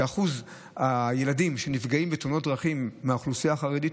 שאחוז הילדים שנפגעים בתאונות דרכים מהאוכלוסייה החרדית